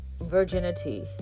virginity